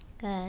Good